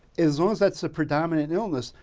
as long as that's the predominant illness,